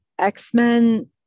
X-Men